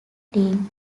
team